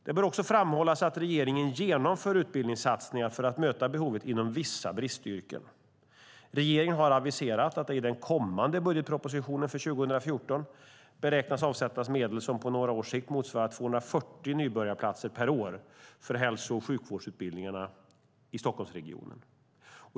Det bör också framhållas att regeringen genomför utbildningssatsningar för att möta behovet inom vissa bristyrken. Regeringen har aviserat att det i den kommande budgetpropositionen för 2014 beräknas avsättas medel som på några års sikt motsvarar 240 nybörjarplatser per år för hälso och sjukvårdsutbildningarna i Stockholmsregionen.